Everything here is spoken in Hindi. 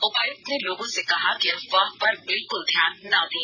उपायुक्त ने लोगों से कहा कि अफवाह पर बिल्कुल ध्यान ना दें